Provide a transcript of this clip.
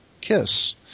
KISS